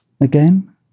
again